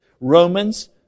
Romans